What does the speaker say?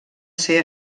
ser